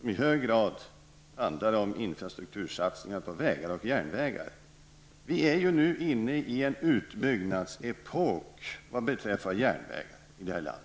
som i hög grad handlar om infrastruktursatsningar på vägar och järnvägar. Vi är nu inne i en utbyggnads epok vad beträffar järnvägar här i landet.